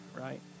right